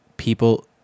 people